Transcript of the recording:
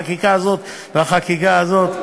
החקיקה הזאת והחקיקה הזאת.